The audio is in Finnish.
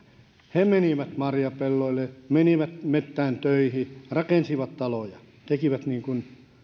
he menivät marjapelloille menivät metsään töihin rakensivat taloja tekivät niin kuin